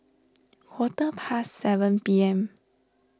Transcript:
quarter past seven P M